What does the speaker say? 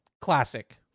Classic